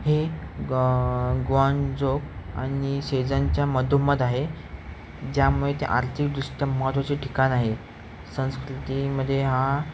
हे गॉ गॉनजोक आणि शेजांच्या मधोमध आहे ज्यामुळे ते आर्थिकदृष्ट्या महत्त्वाचे ठिकाण आहे संस्कृतीमध्ये हा